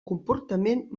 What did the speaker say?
comportament